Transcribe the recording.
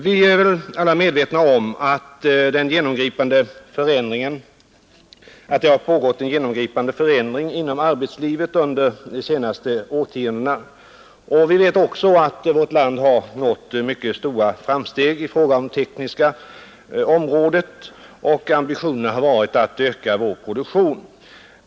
Vi är väl alla medvetna om att det har pågått en genomgripande förändring inom arbetslivet under de senaste årtiondena. Vi vet också att vårt land har gjort mycket stora framsteg på det tekniska området. Ambitionen har varit att öka vår produktion.